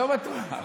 לא בטוח.